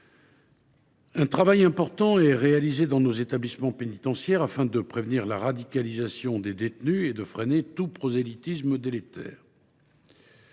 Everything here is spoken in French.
Un travail important est réalisé dans nos établissements pénitentiaires pour prévenir la radicalisation des détenus et freiner tout prosélytisme délétère.